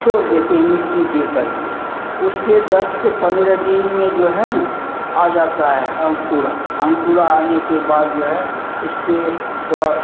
छोड़ देते हैं मिट्टी दे करके उससे दस से पन्द्रह दिन में जो है न आ जाता है अंकुरा अंकुरा आने के बाद जो है उससे थोड़ा